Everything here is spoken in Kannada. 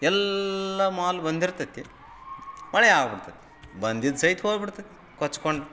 ಎಲ್ಲ ಮಾಲು ಬಂದಿರ್ತೈತಿ ಮಳೆ ಆಗಿಬಿಡ್ತೈತಿ ಬಂದಿದ್ದು ಸಹಿತ ಹೋಗಿಬಿಡ್ತತಿ ಕೊಚ್ಕೊಂಡು